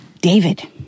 David